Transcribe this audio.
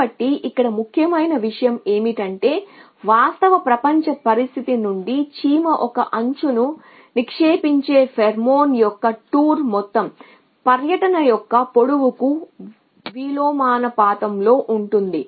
కాబట్టి ఇక్కడ ముఖ్యమైన విషయం ఏమిటంటే వాస్తవ ప్రపంచ పరిస్థితి నుండి చీమ ఒక అంచున నిక్షేపించే ఫేర్మోన్ మొత్తం పర్యటన యొక్క పొడవుకు విలోమానుపాతంలో ఉంటుంది